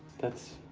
that's,